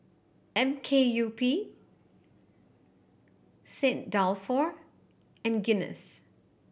M K U P Saint Dalfour and Guinness